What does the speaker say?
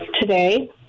today